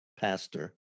pastor